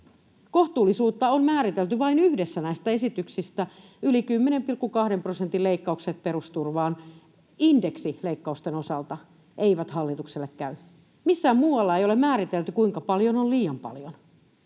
Kohtuullisuutta on määritelty vain yhdessä näistä esityksistä, yli 10,2 prosentin leikkaukset perusturvaan — indeksileikkausten osalta ei hallitukselle käy. Missään muualla ei ole määritelty, kuinka paljon on liian paljon.